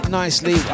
nicely